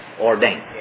ordained